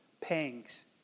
pangs